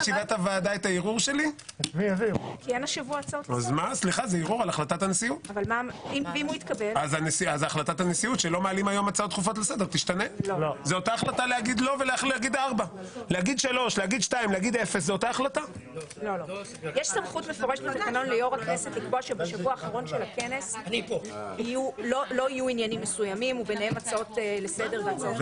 10:30.